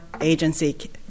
agency